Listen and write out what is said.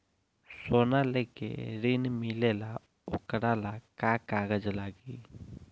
सोना लेके ऋण मिलेला वोकरा ला का कागज लागी?